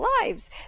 lives